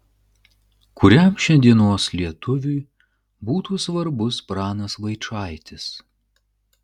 kuriam šiandienos lietuviui būtų svarbus pranas vaičaitis